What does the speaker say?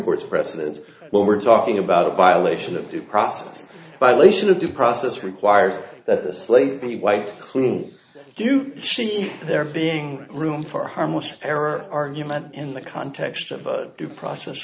court's precedent when we're talking about a violation of due process violation of due process requires that the slate be white clean do you think they're being room for harmless error argument in the context of due process